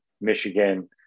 Michigan